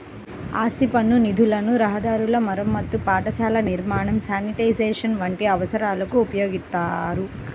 ఆస్తి పన్ను నిధులను రహదారుల మరమ్మతు, పాఠశాలల నిర్మాణం, శానిటేషన్ వంటి అవసరాలకు ఉపయోగిత్తారు